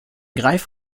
greif